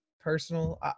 personal